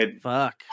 Fuck